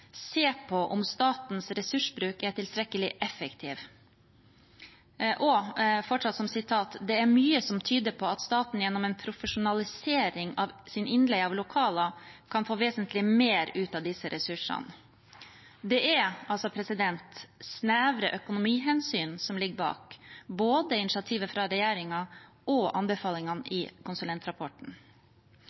se på om statens ressursbruk på området er tilstrekkelig effektiv». Videre svarte hun: «Det er mye som tyder på at staten gjennom en profesjonalisering av sin innleie av lokaler kan få vesentlig mer ut av disse ressursene.» Det er altså snevre økonomihensyn som ligger bak både initiativet fra regjeringen og anbefalingene i konsulentrapporten.